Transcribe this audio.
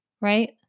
right